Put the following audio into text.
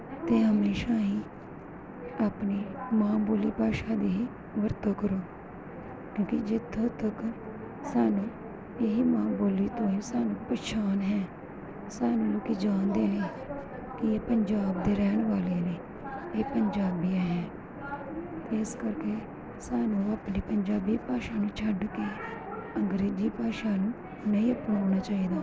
ਅਤੇ ਹਮੇਸ਼ਾ ਹੀ ਆਪਣੀ ਮਾਂ ਬੋਲੀ ਭਾਸ਼ਾ ਦੀ ਹੀ ਵਰਤੋਂ ਕਰੋ ਕਿਉਂਕਿ ਜਿੱਥੋਂ ਤੱਕ ਸਾਨੂੰ ਇਹੀ ਮਾਂ ਬੋਲੀ ਤੋਂ ਹੀ ਸਾਨੂੰ ਪਹਿਛਾਣ ਹੈ ਸਾਨੂੰ ਲੋਕ ਜਾਣਦੇ ਨੇ ਕਿ ਇਹ ਪੰਜਾਬ ਦੇ ਰਹਿਣ ਵਾਲੇ ਨੇ ਇਹ ਪੰਜਾਬੀ ਹੈ ਇਸ ਕਰਕੇ ਸਾਨੂੰ ਆਪਣੀ ਪੰਜਾਬੀ ਭਾਸ਼ਾ ਨੂੰ ਛੱਡ ਕੇ ਅੰਗਰੇਜ਼ੀ ਭਾਸ਼ਾ ਨੂੰ ਨਹੀਂ ਅਪਣਾਉਣਾ ਚਾਹੀਦਾ